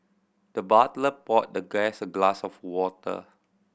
the butler poured the guest a glass of water